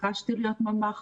התעקשתי להיות ממ"ח.